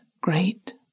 great